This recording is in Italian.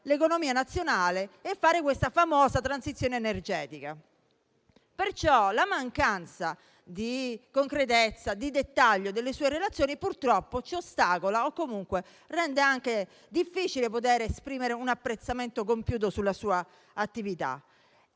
l'economia nazionale e fare questa famosa transizione energetica. Pertanto, la mancanza di concretezza e dettaglio delle sue relazioni purtroppo ci ostacola o comunque rende difficile poter esprimere un apprezzamento compiuto sulla sua attività.